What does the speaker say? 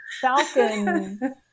Falcon